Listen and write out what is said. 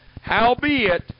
howbeit